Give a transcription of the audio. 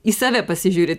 į save pasižiūri